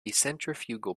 centrifugal